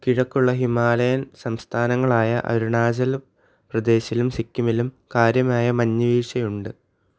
കിഴക്കുള്ള ഹിമാലയൻ സംസ്ഥാനങ്ങളായ അരുണാചൽ പ്രദേശിലും സിക്കിമിലും കാര്യമായ മഞ്ഞ് വീഴ്ചയുണ്ട്